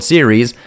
Series